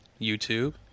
YouTube